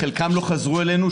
חלקם לא חזרו אלינו,